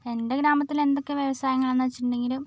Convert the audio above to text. എൻ്റെ ഗ്രാമത്തിൽ എന്തൊക്കെ വ്യവസായങ്ങളെന്ന് വെച്ചിട്ടുണ്ടെങ്കിൽ